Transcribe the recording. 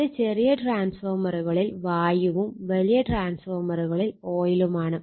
അത് ചെറിയ ട്രാൻസ്ഫോർമറുകളിൽ വായുവും വലിയ ട്രാൻസ്ഫോർമറുകളിൽ ഓയിലുമാണ്